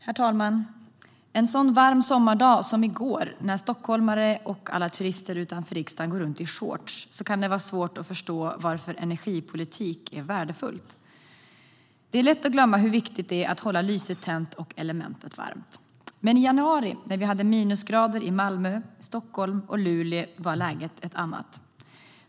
Herr talman! En sådan varm sommardag som i går när stockholmare och alla turister utanför riksdagen gick runt i shorts kan det vara svårt att förstå varför energipolitik är värdefullt. Det är lätt att glömma hur viktigt det är att hålla lyset tänt och elementet varmt. Men i januari, när vi hade minusgrader i Malmö, Stockholm och Luleå, var läget ett annat.